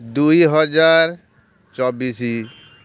ଦୁଇହଜାର ଚବିଶ